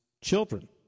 children